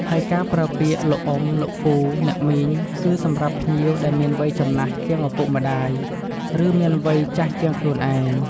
ហើយការប្រើពាក្យ លោកអ៊ុំ លោកពូ អ្នកមីង គឺសម្រាប់ភ្ញៀវដែលមានវ័យចំណាស់ជាងឪពុកម្តាយ ឬមានវ័យចាស់ជាងខ្លួនឯង។